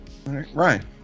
Right